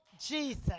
Jesus